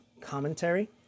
commentary